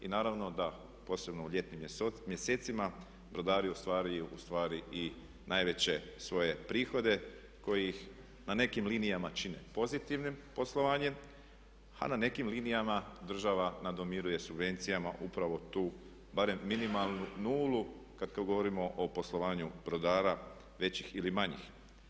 I naravno da posebno u ljetnim mjesecima brodari ostvaruju ustvari i najveće svoje prihode koji ih na nekim linijama čine pozitivnim poslovanjem a na nekim linijama država nadomiruje subvencijama upravo tu barem minimalnu nulu kad govorimo o poslovanju brodara većih ili manjih.